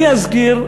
אני אזכיר,